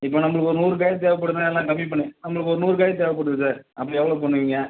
இப்போ நம்மளுக்கு ஒரு நூறு காய் தேவைப்படுதுனா எல்லாம் கம்மி பண்ணி நம்மளுக்கு ஒரு நூறு காய் தேவைப்படுது சார் அப்போ எவ்வளோ பண்ணுவீங்க